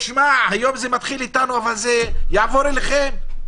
היום זה מתחיל איתנו אבל זה יעבור אליכם.